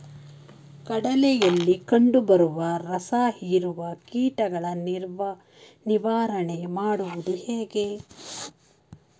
ಕಡಲೆಯಲ್ಲಿ ಕಂಡುಬರುವ ರಸಹೀರುವ ಕೀಟಗಳ ನಿವಾರಣೆ ಮಾಡುವುದು ಹೇಗೆ?